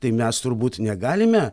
tai mes turbūt negalime